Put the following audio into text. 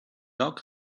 dog